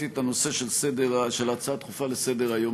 כשראיתי את הנושא של ההצעה הדחופה לסדר-היום,